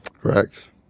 Correct